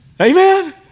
Amen